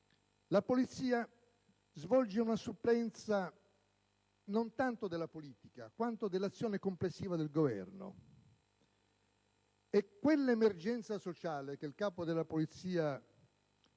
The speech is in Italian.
la Polizia svolge una supplenza non tanto della politica, quanto dell'azione complessiva del Governo. Quell'emergenza sociale che il Capo della Polizia